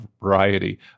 variety